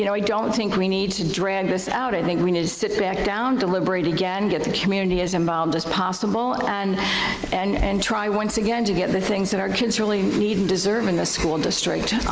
you know i don't think we need to drag this out. i think we need to sit back down, deliberate again, get the community as involved as possible and and and try once again to get the things that our kids really need and deserve in this school district,